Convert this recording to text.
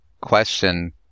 question